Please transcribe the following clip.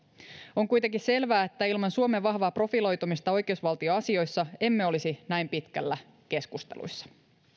on kuitenkin selvää että ilman suomen vahvaa profiloitumista oikeusvaltioasioissa emme olisi näin pitkällä keskusteluissa